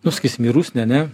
nu sakysim į rusnę ane